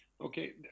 Okay